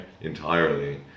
entirely